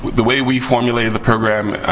the way we formulated the program,